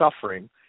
suffering